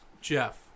Jeff